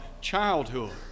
childhood